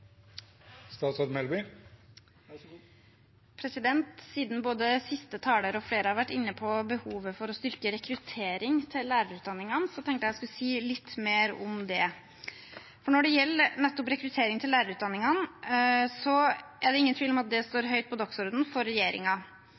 og flere har vært inne på behovet for å styrke rekrutteringen til lærerutdanningene, tenkte jeg at jeg skulle si litt mer om det. Når det gjelder nettopp rekruttering til lærerutdanningene, er det ingen tvil om at det står høyt på dagsordenen for